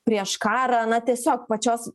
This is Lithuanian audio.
prieš karą na tiesiog pačios